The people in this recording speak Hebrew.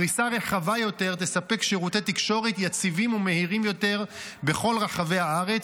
פריסה רחבה יותר תספק שירותי תקשורת יציבים ומהירים יותר בכל רחבי הארץ.